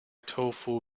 tofu